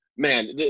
Man